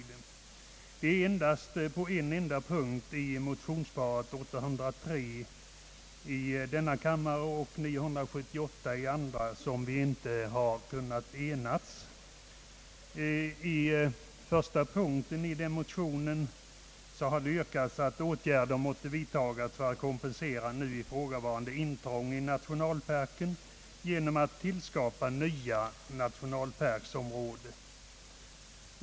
Det är endast på en enda punkt, som gäller motionsparet nr 803 i denna kammare och 978 i andra kammaren, som vi inte har kunnat enas. Under första punkten i dessa motioner har det yrkats att åtgärder måtte vidtagas för att kompensera nu ifrågavarande intrång i nationalparken genom att tillskapa nya nationalparksområden.